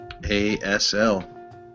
ASL